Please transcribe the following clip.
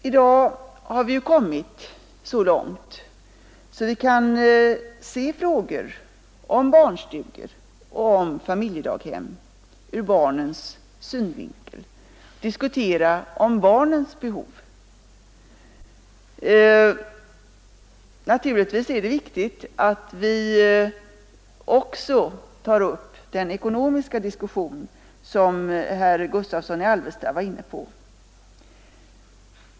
I dag har vi kommit så långt att vi kan se frågor om barnstugor och familjedaghem ur barnens synvinkel — vi kan diskutera barnens behov. Naturligtvis är det viktigt att vi också tar upp den ekonomiska diskussion som herr Gustavsson i Alvesta var inne på.